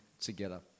together